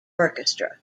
orchestra